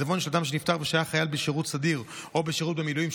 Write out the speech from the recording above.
עיזבון של אדם שנפטר ושהיה חייל בשירות סדיר או בשירות במילואים,